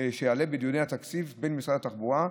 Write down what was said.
שיעלה בדיוני התקציב במשרד התחבורה,